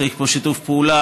צריך פה שיתוף פעולה,